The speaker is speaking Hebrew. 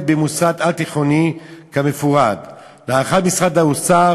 במוסד על-תיכוני כמפורט בהסדר המוצע." "להערכת משרד האוצר